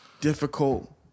difficult